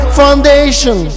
foundation